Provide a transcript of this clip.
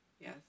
Yes